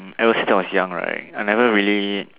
ever since I was young right I never really